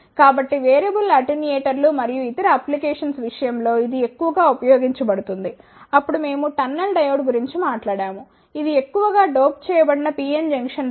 కాబట్టి వేరియబుల్ అటెన్యూయేటర్లు మరియు ఇతర అప్లికేషన్స్ విషయం లో ఇది ఎక్కువగా ఉపయోగించబడుతుంది అప్పుడు మేము టన్నెల్ డయోడ్ గురించి మాట్లాడాము ఇది ఎక్కువగా డోప్ చేయబడిన PN జంక్షన్ డయోడ్